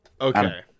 Okay